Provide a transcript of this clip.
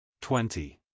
Twenty